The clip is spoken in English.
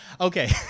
Okay